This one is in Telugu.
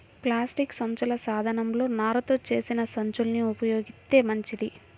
ప్లాస్టిక్ సంచుల స్థానంలో నారతో చేసిన సంచుల్ని ఉపయోగిత్తే మంచిది